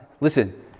listen